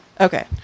Okay